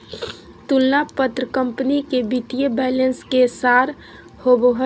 तुलना पत्र कंपनी के वित्तीय बैलेंस के सार होबो हइ